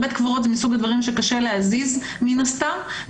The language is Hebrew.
בית קברות הוא מסוג הדברים שקשה להזיז מן הסתם,